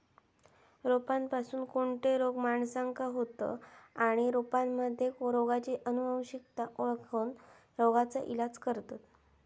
रोपांपासून कोणते रोग माणसाका होतं आणि रोपांमध्ये रोगाची अनुवंशिकता ओळखोन रोगाचा इलाज करतत